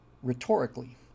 Rhetorically